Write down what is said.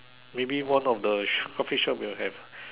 maybe one of the Coffee shop will have